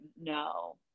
no